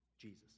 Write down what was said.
jesus